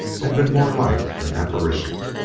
had been more like an apparition.